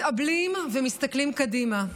מתאבלים, ומסתכלים קדימה.